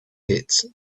pits